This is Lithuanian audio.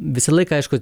visą laiką aišku